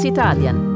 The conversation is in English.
Italian